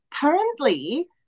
currently